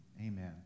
Amen